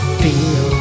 feel